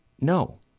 No